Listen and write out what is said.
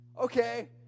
Okay